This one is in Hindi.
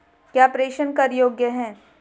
क्या प्रेषण कर योग्य हैं?